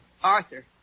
Arthur